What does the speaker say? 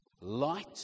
Light